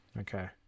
Okay